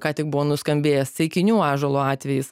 ką tik buvo nuskambėjęs ceikinių ąžuolo atvejis